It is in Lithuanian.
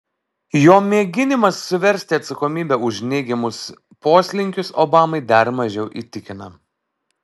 jo mėginimas suversti atsakomybę už neigiamus poslinkius obamai dar mažiau įtikina